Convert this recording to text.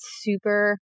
super